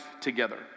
together